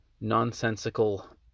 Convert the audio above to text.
nonsensical